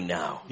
now